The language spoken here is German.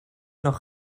noch